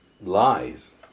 lies